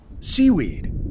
seaweed